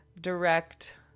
direct